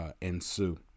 ensue